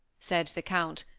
said the count,